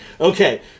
Okay